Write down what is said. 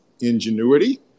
ingenuity